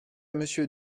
monsieur